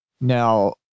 now